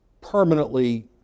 permanently